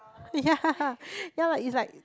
ya haha ya lah it's like